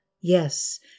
yes